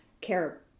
care